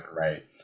Right